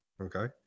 Okay